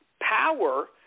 power